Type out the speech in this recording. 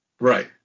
right